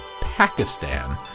Pakistan